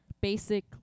basic